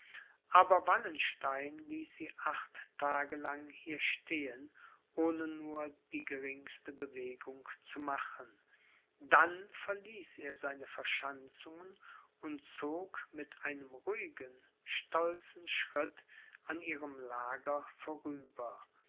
aber wallenstein ließ sie acht tage lang hier stehen ohne nur die geringste bewegung zu machen dann verließ er seine verschanzungen und zog mit ruhigem stolzen schritt an ihrem lager vorüber